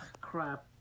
crap